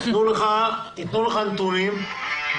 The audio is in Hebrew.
והם ייתנו לך נתונים שיאמרו